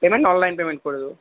payment online payment করে দেবো